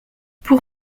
pour